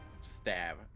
stab